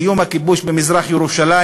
סיום הכיבוש במזרח-ירושלים,